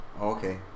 Okay